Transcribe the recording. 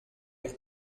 pour